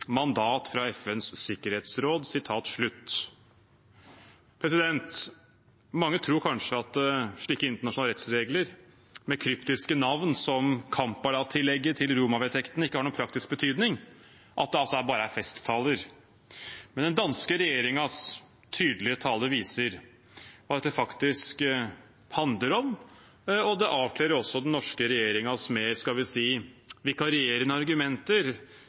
Mange tror kanskje at slike internasjonale rettsregler, med kryptiske navn som Kampala-tillegget til Roma-vedtektene, ikke har noen praktisk betydning, at det altså bare er festtaler, men den danske regjeringens tydelige tale viser hva dette faktisk handler om. Det avkler også den norske regjeringens mer – skal vi si – vikarierende argumenter,